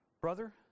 brother